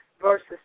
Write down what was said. versus